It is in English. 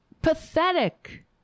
pathetic